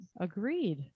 Agreed